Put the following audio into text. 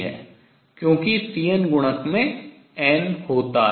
क्योंकि Cn गुणक में n होता है